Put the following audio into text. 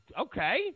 Okay